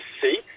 see